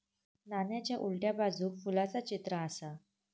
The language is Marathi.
नाण्याच्या उलट्या बाजूक फुलाचा चित्र आसा